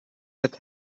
that